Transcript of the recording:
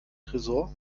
tresor